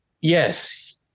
Yes